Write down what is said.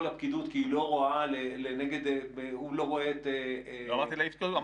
הפקידות כי הוא לא רואה --- לא אמרתי להעיף את הפקידות.